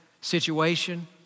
situation